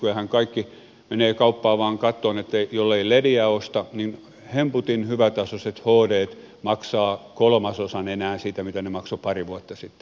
nykyäänhän kaikki menevät kauppaan vain katsomaan että jollei lediä osta niin hemputin hyvätasoiset hdt maksavat enää kolmasosan siitä mitä ne maksoivat pari vuotta sitten